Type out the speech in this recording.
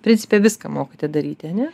principe viską mokate daryti ane